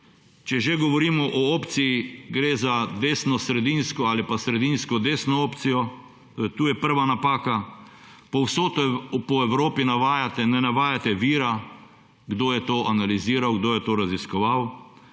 če že govorimo o opciji, gre za desnosredinsko ali pa za sredinskodesno opcijo. Tu je prva napaka. »Povsod po Evropi« – ne navajate vira, kdo je to analiziral, kdo je to raziskoval;